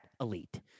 elite